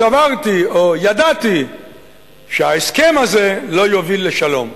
סברתי או ידעתי שההסכם הזה לא יוביל לשלום.